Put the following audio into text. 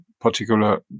particular